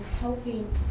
helping